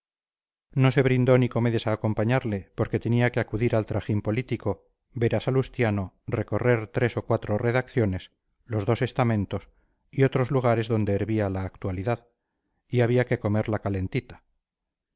no se brindó nicomedes a acompañarle porque tenía que acudir al trajín político ver a salustiano recorrer tres o cuatro redacciones los dos estamentos y otros lugares donde hervía la actualidad y había que comerla calentita